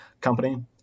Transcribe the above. company